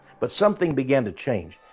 but something began to change,